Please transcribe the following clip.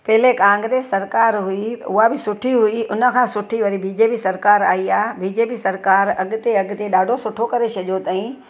पहिरियों कांग्रेस सरकार हुई उहा बि सुठी हुई उन खां सुठी वरी बीजेपी सरकार आई आहे बीजेपी सरकारु अॻिते अॻिते ॾाढो सुठो कमु करे छॾियो अथई